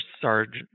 Sergeant